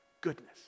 goodness